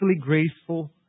graceful